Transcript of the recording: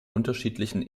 unterschiedlichen